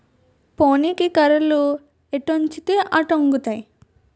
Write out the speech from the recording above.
పోనీకి కర్రలు ఎటొంచితే అటొంగుతాయి